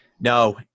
No